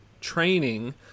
training